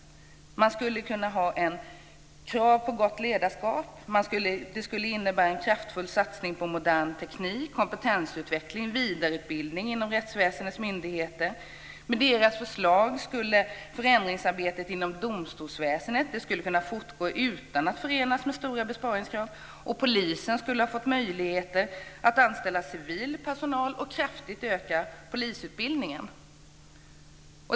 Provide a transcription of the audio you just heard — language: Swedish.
Man skulle kunna ha krav på gott ledarskap. Politiken skulle innebära en kraftfull satsning på modern teknik, kompetensutveckling och vidareutbildning inom rättsväsendets myndigheter. Med deras förslag skulle förändringsarbetet inom domstolsväsendet kunna fortgå utan att förenas med stora besparingskrav. Polisen skulle få möjligheter att anställa civil personal och kraftigt öka polisutbildningen.